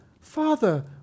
Father